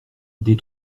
des